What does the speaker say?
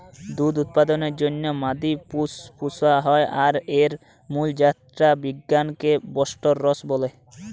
দুধ উৎপাদনের জন্যে মাদি পশু পুশা হয় আর এর মুল জাত টা কে বিজ্ঞানে বস্টরস বলে